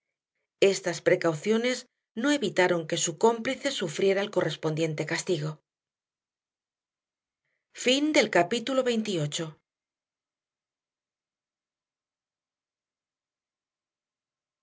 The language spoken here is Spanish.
estas precauciones no evitaron que su cómplice sufriera el correspondiente castigo capítulo